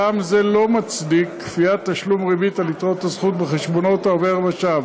טעם זה לא מצדיק כפיית תשלום ריבית על יתרות הזכות בחשבונות העובר-ושב.